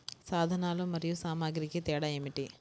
సాధనాలు మరియు సామాగ్రికి తేడా ఏమిటి?